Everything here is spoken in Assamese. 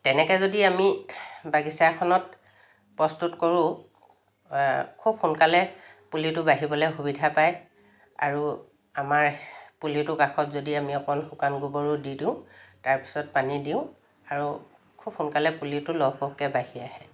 তেনেকৈ যদি আমি বাগিচা এখনত প্ৰস্তুত কৰোঁ খুব সোনকালে পুলিটো বাঢ়িবলৈ সুবিধা পায় আৰু আমাৰ পুলিটোৰ কাষত যদি আমি অকণ শুকান গোবৰো দি দিওঁ তাৰপিছত পানী দিওঁ আৰু খুব সোনকালে পুলিটো লহপহকৈ বাঢ়ি আহে